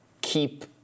keep